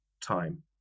time